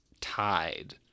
tied